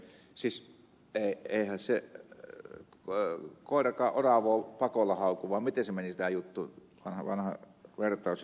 siis eihän se koirakaan oravoo pakolla hauku vaan miten se meni tämä juttu vanha vertaus